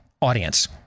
audience